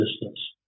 business